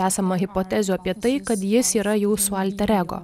esama hipotezių apie tai kad jis yra jūsų alter ego